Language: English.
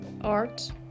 art